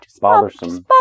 Bothersome